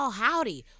howdy